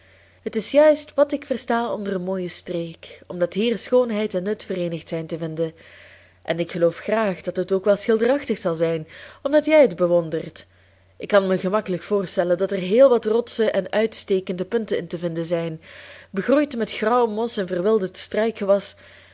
het is juist wat ik versta onder een mooie streek omdat hier schoonheid en nut vereenigd zijn te vinden en ik geloof graag dat het ook wel schilderachtig zal zijn omdat jij het bewondert ik kan mij gemakkelijk voorstellen dat er heel wat rotsen en uitstekende punten in te vinden zijn begroeid met grauw mos en verwilderd